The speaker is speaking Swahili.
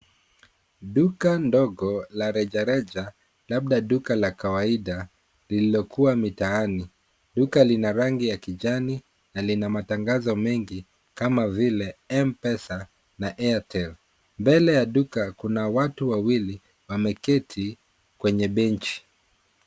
Duka ndogo la rejareja, labda duka la kawaida lililokuwa mitaani. Duka lina rangi ya kijani na lina matangazo mengi kama vile M-Pesa na Airtel. Mbele ya duka kuna watu wawili wameketi kwenye benchi.